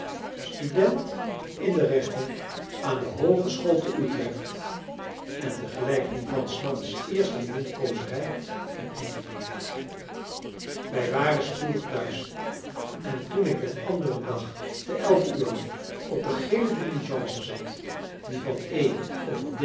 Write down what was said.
student in de rechten aan de hoogeschool te utrecht en tegelijk die van s mans eerste minnekoozerij een einde neemt wij waren spoedig thuis en toen ik den anderen dag te elf uren op de gele diligence zat die van e over